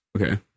Okay